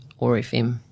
ORFM